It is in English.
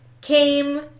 came